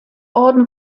orden